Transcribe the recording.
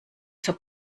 zur